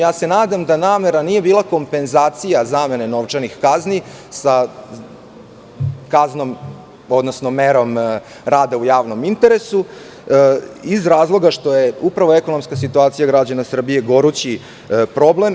Nadam se da namera nije bila kompenzacija zamene novčanih kazni sa kaznom, odnosno merom rada u javnom interesu, iz razloga što je upravo ekonomska situacija građana Srbije gorući problem.